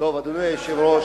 תראה איזו אפליה.